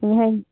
ᱦᱮᱸ ᱦᱚᱧ